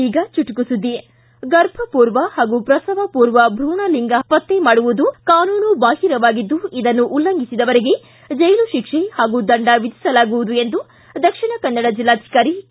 ಈಗ ಚುಟುಕು ಸುದ್ದಿ ಗರ್ಭ ಪೂರ್ವ ಹಾಗೂ ಪ್ರಸವ ಪೂರ್ವ ಭೂಣ ಲಿಂಗ ಪತ್ತೆ ಮಾಡುವುದು ಕಾನೂನು ಬಾಹಿರವಾಗಿದ್ದು ಇದನ್ನು ಉಲ್ಲಂಘಿಸಿದವರಿಗೆ ಜೈಲು ಶಿಕ್ಷೆ ಹಾಗೂ ದಂಡ ವಿಧಿಸಲಾಗುವುದು ಎಂದು ದಕ್ಷಿಣ ಕನ್ನಡ ಜಿಲ್ಲಾಧಿಕಾರಿ ಕೆ